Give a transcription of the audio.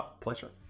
Pleasure